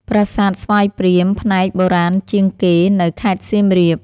ប្រាសាទស្វាយព្រាម (ផ្នែកបុរាណជាងគេ) នៅ (ខេត្តសៀមរាប)។